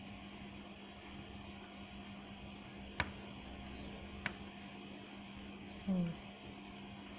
um